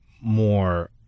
more